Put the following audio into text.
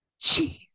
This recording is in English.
Jeez